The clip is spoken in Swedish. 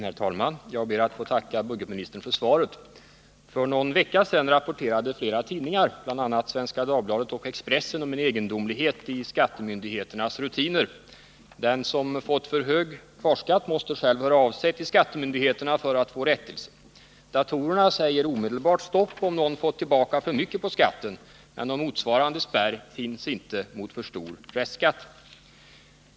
Herr talman! Jag ber att få tacka budgetministern för svaret. För någon vecka sedan rapporterade flera tidningar, bl.a. Svenska Dagbladet och Expressen, om en egendomlighet i skattemyndigheternas rutiner. Den som fått för hög kvarskatt måste själv höra av sig till skattemyndigheterna för att få rättelse. Datorerna säger omedelbart stopp om någon fått tillbaka för mycket på skatten, medan någon motsvarande spärr inte finns mot för stor restskatt.